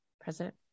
President